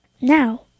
Now